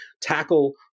tackle